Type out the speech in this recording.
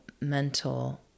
mental